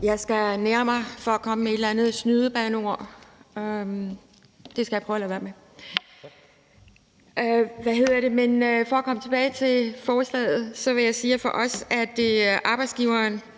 Jeg skal nære mig for at komme med et eller andet snydebandeord, det skal jeg prøve at lade være med. Men for at komme tilbage til forslaget vil jeg sige, at det